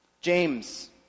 James